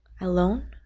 alone